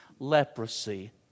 Leprosy